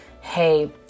hey